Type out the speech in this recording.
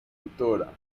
locutora